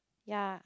ya